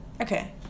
Okay